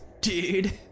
dude